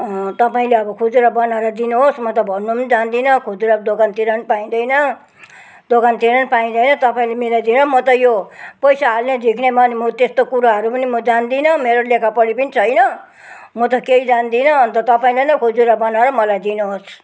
तपाईँले अब खुजुरा बनाएर दिनुहोस् म त भन्नु पनि जान्दिनँ खुजुरा दोकानतिर नि पाइँदैन दोकानतिर नि पाइँदैन तपाईँले मिलाइदिनु है म त यो पैसा हाल्ने झिक्ने बानि म त्यस्तो कुराहरू पनि म जान्दिनँ मेरो लेखापढी पनि छैन म त केही जान्दिनँ अनि त तपाईँले नै खुजुरा बनाएर मलाई दिनुहोस्